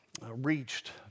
reached